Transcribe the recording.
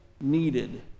needed